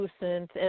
Lucent